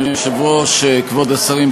כבוד השרים,